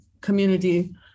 community